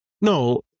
No